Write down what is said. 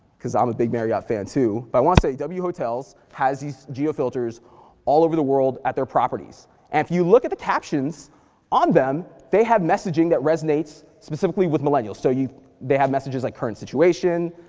cause i'm a big marriott fan too, but i wanna say w hotels has these geo filters all over the world at their properties, and if you look at the captions on them, they have messaging that resonates specifically with millennials. so they have messages like current situation,